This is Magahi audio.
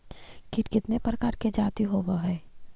कीट कीतने प्रकार के जाती होबहय?